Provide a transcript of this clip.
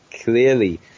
Clearly